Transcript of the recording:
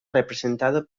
representado